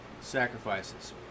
sacrifices